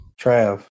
Trav